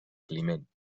climent